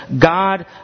God